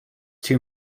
too